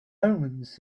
omens